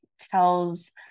tells